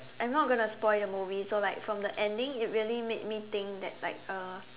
I'm not gonna spoil the movie so like from the ending it really made me think that like uh